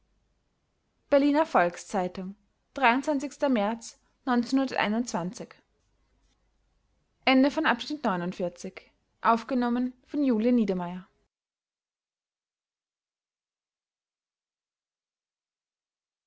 berliner volks-zeitung märz